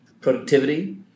productivity